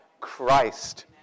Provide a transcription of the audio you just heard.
Christ